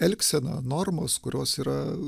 elgsena normos kurios yra